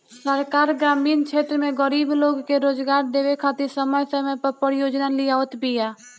सरकार ग्रामीण क्षेत्र में गरीब लोग के रोजगार देवे खातिर समय समय पअ परियोजना लियावत बिया